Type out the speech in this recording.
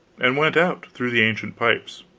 and went out, through the ancient pipes.